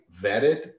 vetted